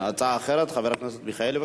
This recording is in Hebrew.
הצעה אחרת, חבר הכנסת מיכאלי.